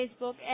Facebook